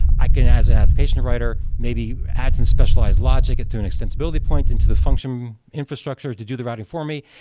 i can as an application writer, maybe add some specialized logic and through an extensibility point, into the function infrastructure to do the routing for me.